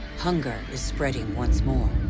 hunger is spreading once more.